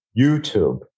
YouTube